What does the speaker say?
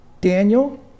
Daniel